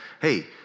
Hey